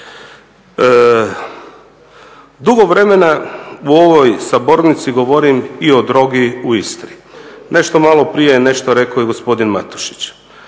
Dugo vremena u ovoj sabornici govorim i o drogi u Istri. Nešto malo prije je nešto rekao i gospodin Matušić.